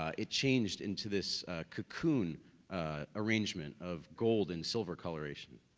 ah it changed into this cocoon arrangement of gold and silver coloration.